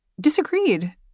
disagreed